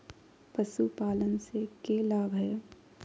पशुपालन से के लाभ हय?